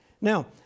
Now